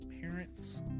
parents